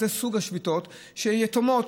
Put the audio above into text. זו מסוג השביתות היתומות,